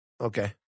Okay